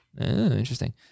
Interesting